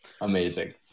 amazing